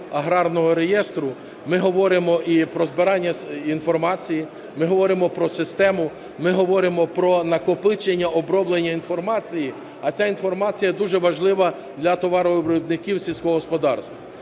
Ми говоримо і про збирання інформації, ми говоримо про систему, ми говоримо про накопичення оброблення інформації, а ця інформація дуже важлива для товаровиробників сільського господарства.